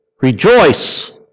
Rejoice